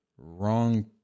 Wrong